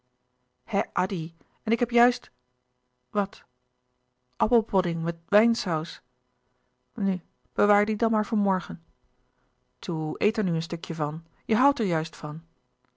hè addy en ik heb juist wat appelpodding met wijnsaus nu bewaar die dan maar voor morgen toe eet er nu een stukje van je houdt er juist van